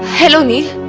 hello, neil.